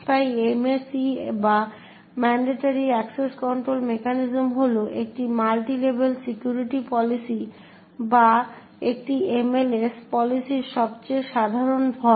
তাই MAC বা mandatory access control mechanism হল একটি মাল্টি লেভেল সিকিউরিটি পলিসি বা একটি MLS পলিসির সবচেয়ে সাধারণ ফর্ম